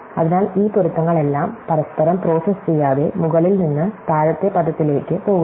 അതിനാൽ ഈ പൊരുത്തങ്ങളെല്ലാം പരസ്പരം പ്രോസസ്സ് ചെയ്യാതെ മുകളിൽ നിന്ന് താഴത്തെ പദത്തിലേക്ക് പോകുന്നു